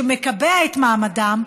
שמקבע את מעמדם,